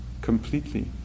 completely